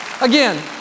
Again